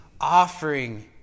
offering